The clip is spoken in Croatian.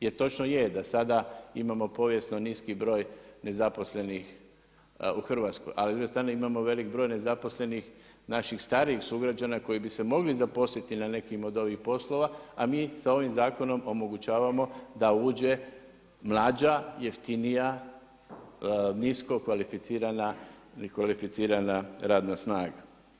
Jer točno je da sada imamo povijesno niski broj nezaposlenih u Hrvatskoj ali s druge strane imamo velik broj nezaposlenih naših starijih sugrađana koji bi se mogli zaposliti na nekim od ovih poslova a mi sa ovim zakonom omogućavamo da uđe mlađa, jeftinija, niskokvalificirana i kvalificirana radna snaga.